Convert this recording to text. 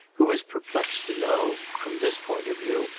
who was perplexed to know, from this point of view,